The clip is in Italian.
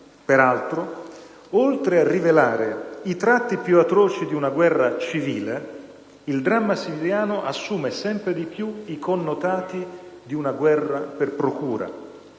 Peraltro, oltre a rivelare i tratti più atroci di una guerra civile, il dramma siriano assume sempre di più i connotati di una guerra per procura,